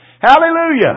Hallelujah